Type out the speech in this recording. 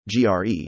GRE